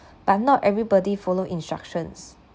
but not everybody follow instructions